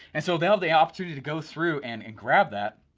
and so they'll have the opportunity to go through and and grab that,